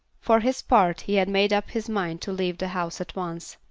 for his part he had made up his mind to leave the house at once.